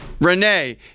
renee